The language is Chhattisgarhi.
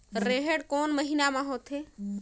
रेहेण कोन महीना म होथे?